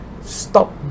stop